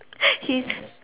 he